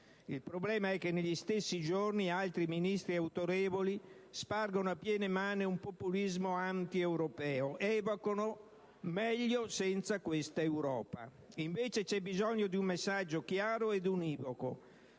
II problema è che negli stessi giorni altri Ministri autorevoli spargono a pieni mani un populismo antieuropeo, evocano «meglio senza questa Europa». Invece c'è bisogno di un messaggio chiaro ed univoco: